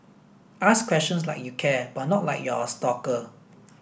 ask questions like you care but not like you're a stalker